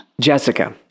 Jessica